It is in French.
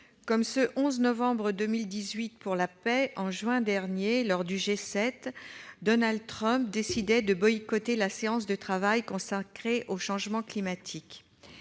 Forum de Paris sur la paix, en juin dernier, lors du G7, Donald Trump décidait de boycotter la séance de travail consacrée au changement climatique.